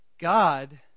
God